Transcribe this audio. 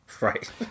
Right